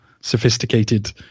sophisticated